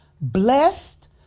blessed